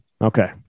Okay